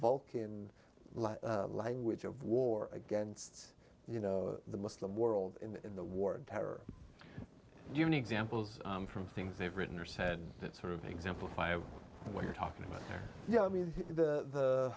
vulcan language of war against you know the muslim world in the war on terror you an example from things they've written or said that sort of exemplify of what you're talking about yeah i mean the the